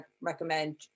recommend